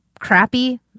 crappy